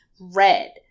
red